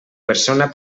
persona